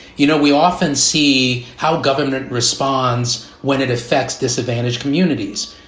you know, we often see how government responds when it affects disadvantaged communities,